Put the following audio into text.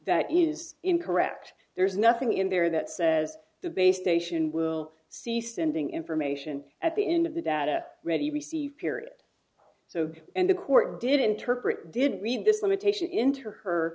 that is incorrect there's nothing in there that says the base station will see standing information at the end of the data ready received period so and the court did interpret didn't read this limitation into her